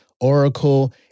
Oracle